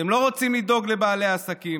אתם לא רוצים לדאוג לבעלי עסקים,